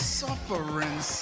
suffering